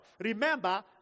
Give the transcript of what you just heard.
Remember